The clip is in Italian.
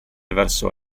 verso